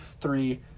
three